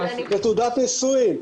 את תעודת הנישואים,